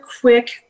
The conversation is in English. quick